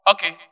Okay